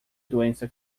doença